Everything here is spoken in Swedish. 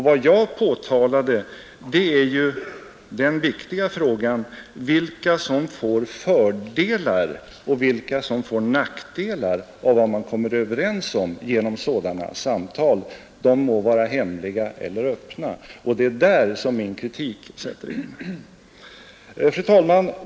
Vad jag påpekade var den viktiga frågan vilka som får fördelar och vilka som får nackdelar av vad man kommer överens om genom sådana samtal — de må vara hemliga eller öppna. Det är där min kritik sätter in. Fru talman!